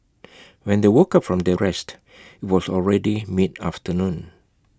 when they woke up from their rest IT was already mid afternoon